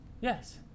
Yes